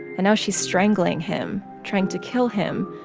and now she's strangling him trying to kill him.